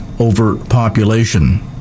overpopulation